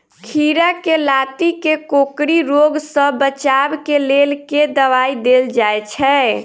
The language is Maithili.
खीरा केँ लाती केँ कोकरी रोग सऽ बचाब केँ लेल केँ दवाई देल जाय छैय?